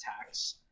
attacks